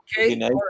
okay